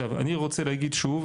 אני רוצה להגיד שוב